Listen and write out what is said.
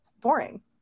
boring